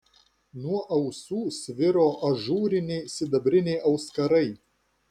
nuo ausų sviro ažūriniai sidabriniai auskarai